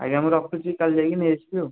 ଆଜ୍ଞା ମୁଁ ରଖୁଛି କାଲି ଯାଇକି ନେଇ ଆସିବି ଆଉ